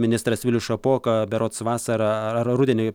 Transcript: ministras vilius šapoka berods vasarą ar rudenį